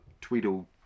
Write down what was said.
tweedle